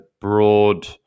broad